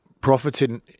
profiting